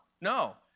no